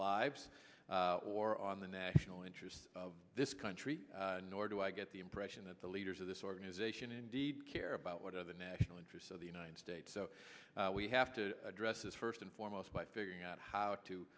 lives or on the national interests of this country nor do i get the impression that the leaders of this organization indeed care about what are the national interests of the united states so we have to address this first and foremost by figuring out how to